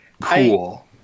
cool